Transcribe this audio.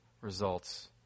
results